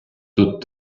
тут